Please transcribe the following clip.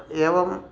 एवम्